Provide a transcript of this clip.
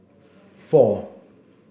four